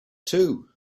too